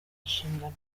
nshingano